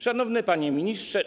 Szanowny Panie Ministrze!